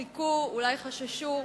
חיכו, אולי חששו,